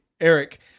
Eric